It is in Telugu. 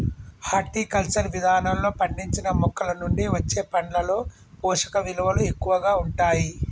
హార్టికల్చర్ విధానంలో పండించిన మొక్కలనుండి వచ్చే పండ్లలో పోషకవిలువలు ఎక్కువగా ఉంటాయి